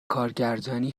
کارگردانی